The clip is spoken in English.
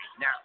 now